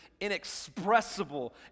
inexpressible